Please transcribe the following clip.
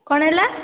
କ'ଣ ହେଲା